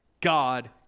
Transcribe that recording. God